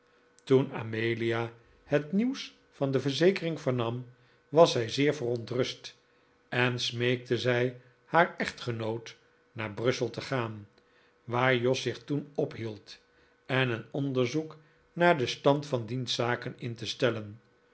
toen amelia het nieuws van de verzekering vernam was zij zeer verontrust en smeekte zij haar echtgenoot naar brussel te gaan waar jos zich toen ophield en een onderzoek naar den stand van diens zaken in te stellen